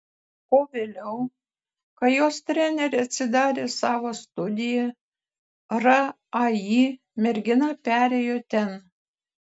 o vėliau kai jos trenerė atsidarė savo studiją rai mergina perėjo ten